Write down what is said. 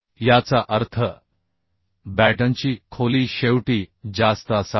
याचा अर्थ बॅटनची खोली शेवटी जास्त असावी